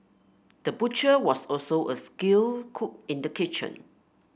the butcher was also a skilled cook in the kitchen